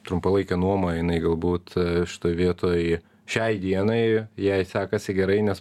trumpalaikė nuoma jinai galbūt šitoj vietoj šiai dienai jai sekasi gerai nes